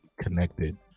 connected